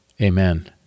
Amen